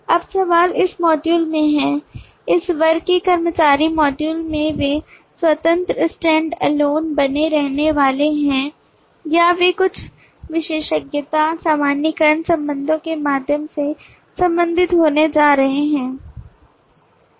अब सवाल उस मॉड्यूल में है इस वर्ग के कर्मचारी मॉड्यूल में वे स्वतंत्र स्टैंडअलोन बने रहने वाले हैं या वे कुछ विशेषज्ञता सामान्यीकरण संबंधों के माध्यम से संबंधित होने जा रहे हैं